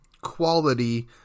quality